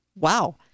wow